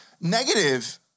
negative